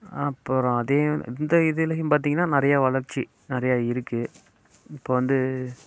அப்புறம் அதையும் இந்த இதுலேயும் பார்த்தீங்கன்னா நிறைய வளர்ச்சி நிறைய இருக்குது இப்போ வந்து